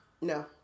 no